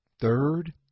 Third